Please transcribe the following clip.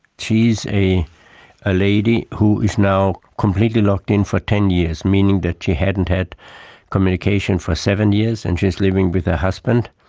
she is a ah lady who is now completely locked-in for ten years, meaning that she hadn't had communication for seven years and she is living with her husband,